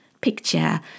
picture